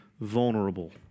vulnerable